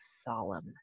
solemn